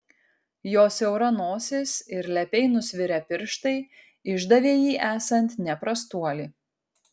jo siaura nosis ir lepiai nusvirę pirštai išdavė jį esant ne prastuoli